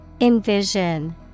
Envision